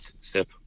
step